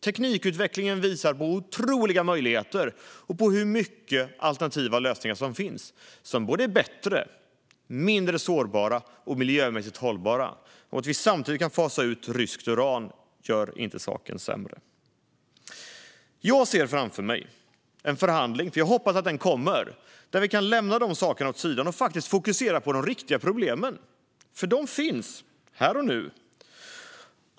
Teknikutvecklingen visar på otroliga möjligheter och på hur många alternativa lösningar som finns som är bättre, mindre sårbara och miljömässigt hållbara. Att vi samtidigt kan fasa ut ryskt uran gör inte saken sämre. Jag ser framför mig en förhandling - och jag hoppas den kommer - där vi kan lämna dessa saker åt sidan och faktiskt fokusera på de riktiga problemen. De finns här och nu.